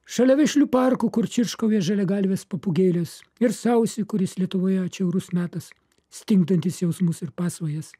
šalia vešlių parkų kur čirškauja žaliagalvės papūgėlės ir sausį kuris lietuvoje atšiaurus metas stingdantis jausmus ir pasvajas